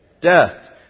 Death